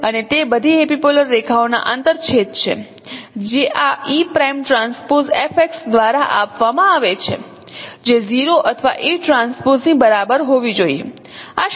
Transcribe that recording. અને તે બધી એપિપોલર રેખાઓનાં આંતરછેદ છે જે આ e prime transpose F x દ્વારા આપવામાં આવે છે જે 0 અથવા e ટ્રાન્સપોઝ ની બરાબર હોવી જોઈએ આ શરતો છે